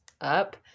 up